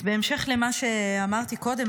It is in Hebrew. אז בהמשך למה שאמרתי קודם,